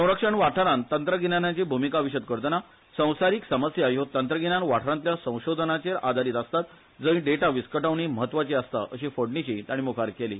संरक्षण वाठारांन तंत्रगिन्यानाची भूमिका विषद करतना संवसारिक समस्या हयो तंत्रगिन्यान वाठारांतल्या संशोधनाचे आदारीत आसतात जंय डेटा विस्कटावणी मत्वाची आसता अशी फोडणीशी ताणी मुखार केली